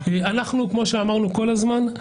כמו שאמרנו כל הזמן,